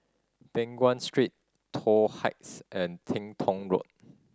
Peng Nguan Street Toh Heights and Teng Tong Road